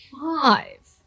Five